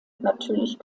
natürlich